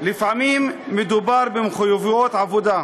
לפעמים מדובר במחויבויות עבודה,